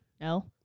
No